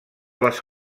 les